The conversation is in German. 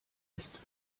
ist